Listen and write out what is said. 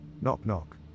Knock-knock